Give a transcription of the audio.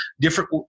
different